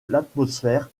l’atmosphère